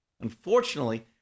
Unfortunately